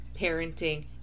parenting